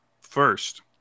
First